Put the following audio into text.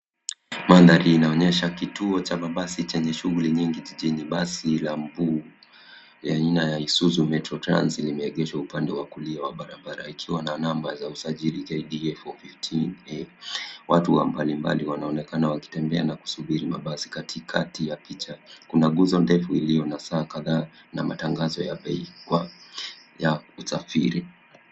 Mandhari inaonyesha kituo cha mabasi chenye shughuli nyingi jijini. Basi la mvuu ya aina ya isuzu metro trans limeegeshwa upande wa kulia wa barabara ikiwa na namba za usajili KDA 415 A . Watu wa mbalimbali wanaonekana wakitembea na kusuburi mabasi katikati ya picha. Kuna nguzo ndefu iliyo na saa kadhaa na matangazo ya bei ya kusafiri.